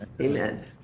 Amen